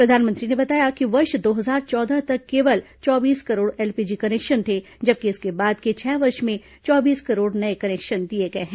प्रधानमंत्री ने बताया कि वर्ष दो हजार चौदह तक केवल चौबीस करोड़ एलपीजी कनेक्शन थे जबकि इसके बाद के छह वर्ष में चौबीस करोड़ नए कनेक्शन दिए गए हैं